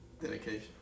Dedication